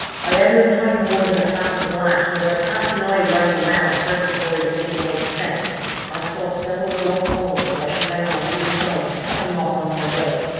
i had no time for more than a passing glance, for as i cast an eye round the mound preparatory to making my descent i saw several dark forms rushing round on either side to cut me off on my way.